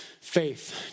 faith